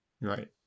right